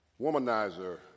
womanizer